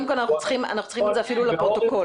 אנחנו צריכים את זה אפילו לפרוטוקול.